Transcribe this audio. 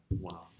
Wow